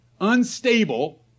unstable